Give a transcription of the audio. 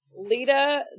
Lita